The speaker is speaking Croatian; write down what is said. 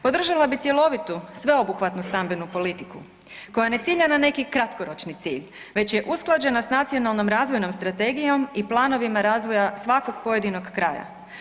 Podržala bih cjelovitu sveobuhvatnu stambenu politiku koja ne cilja na neki kratkoročni cilj, već je usklađena s Nacionalnom razvojnom strategijom i planovima razvoja svakog pojedinog kraja.